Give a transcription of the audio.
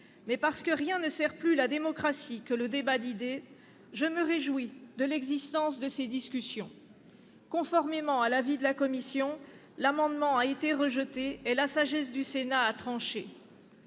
mais parce que rien ne sert plus la démocratie que le débat d'idées, je me réjouis de l'existence de ces discussions. Conformément à l'avis de la commission spéciale, la sagesse du Sénat a tranché